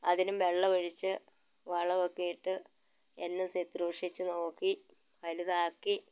അതിന് വെള്ളമൊഴിച്ച് വളമൊക്കെ ഇട്ട് എന്നും ശുശ്രൂഷിച്ച് നോക്കി വലുതാക്കി